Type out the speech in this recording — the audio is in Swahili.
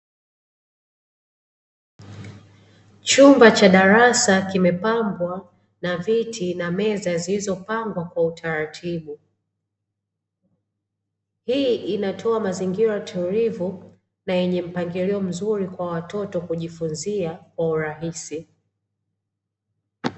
Chumba cha darasa kimepambwa na viti na meza zilizopangwa kwa utaratibu, hii inatoa mazingira tulivu na yenye mpangilio mzuri wa watoto kujifunzia kwa urahisi.